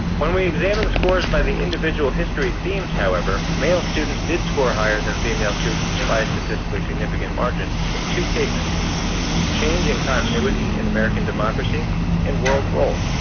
when we examine scores by the individual history themes, however, male students did score higher than female students by a statistically significant margin in two cases change in continuity in american democracy and world role.